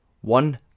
One